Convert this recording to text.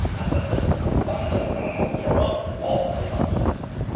and that this is an abundant mineral throughout all the other sediments.